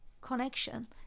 connection